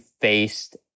faced